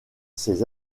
ses